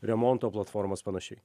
remonto platformos panašiai